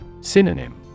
Synonym